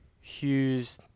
Hughes